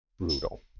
brutal